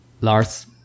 Lars